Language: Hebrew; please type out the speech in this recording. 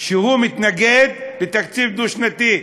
שהוא מתנגד לתקציב דו-שנתי.